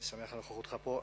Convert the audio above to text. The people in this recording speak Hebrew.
אני שמח על נוכחותך פה.